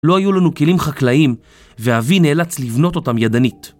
לא היו לנו כלים חקלאים, ואבי נאלץ לבנות אותם ידנית.